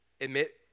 admit